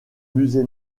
musée